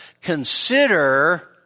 Consider